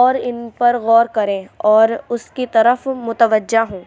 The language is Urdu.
اور ان پر غور کریں اور اس کی طرف متوجہ ہوں